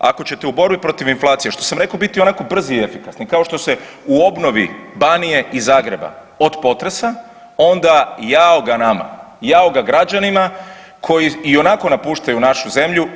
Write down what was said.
Ako ćete o borbi protiv inflacije što sam rekao u biti onako brzi i efikasni kao što se u obnovi Banije i Zagreba od potresa onda jao ga nama, jao ga građanima koji ionako napuštaju našu zemlju.